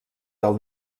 del